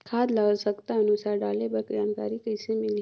खाद ल आवश्यकता अनुसार डाले बर जानकारी कइसे मिलही?